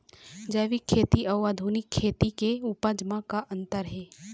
जैविक खेती अउ आधुनिक खेती के उपज म का अंतर हे?